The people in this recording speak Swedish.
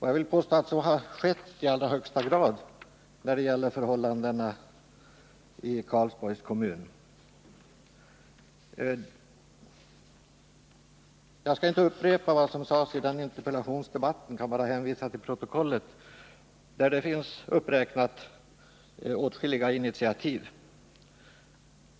Jag vill påstå att så har skett i allra högsta grad när det gäller förhållandena i Karlsborgs kommun. Jag skall inte upprepa vad som sades i interpellationsdebatten utan jag vill bara hänvisa till protokollet, där det räknas upp åtskilliga initiativ.